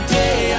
day